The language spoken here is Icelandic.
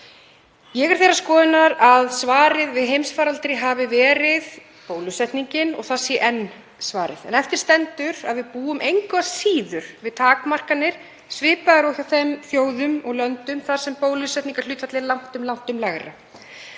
Ég er þeirrar skoðunar að svarið við heimsfaraldri hafi verið bólusetningin og það sé enn svarið. En eftir stendur að við búum engu að síður við takmarkanir svipaðar og hjá þeim þjóðum og löndum þar sem bólusetningarhlutfallið er langtum lægra.